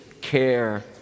care